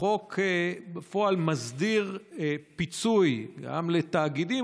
החוק בפועל מסדיר פיצוי גם לתאגידים,